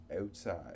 outside